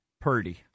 Purdy